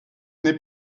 n’est